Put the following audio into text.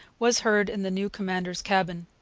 was heard in the new commander's cabin.